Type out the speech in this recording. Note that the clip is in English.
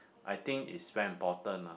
I think is very important ah